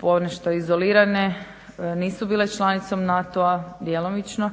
ponešto izolirane, nisu bile članicom NATO-a djelomično